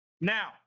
Now